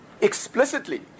explicitly